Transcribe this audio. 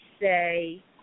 say